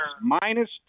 Minus